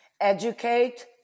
Educate